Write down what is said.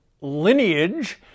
lineage